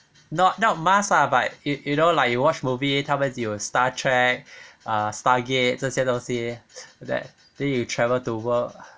not not mars ah but it you know like you watch movie 他们有 star trek star gate 这些东西 that then you travel to work